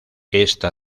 esta